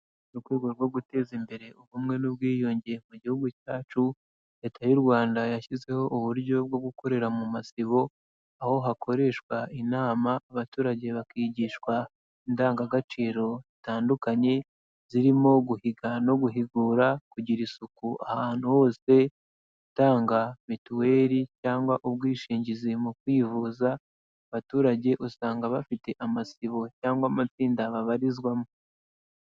Mu rwego rwo guteza imbere ubumwe n'ubwiyunge mu gihugu cyacu, leta y'u Rwanda yashyizeho uburyo bwo gukorera mu masibo, aho hakoreshwa inama abaturage bakigishwa indangagaciro zitandukanye zirimo guhiga no guhigura, kugira isuku ahantu hose, gutanga mituweli cyangwa ubwishingizi mu kwivuza, abaturage usanga bafite amasibo cyangwa amatsinda babarizwamo.